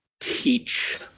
teach